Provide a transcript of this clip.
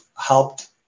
helped